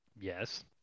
Yes